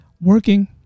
working